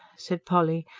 said polly,